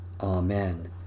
Amen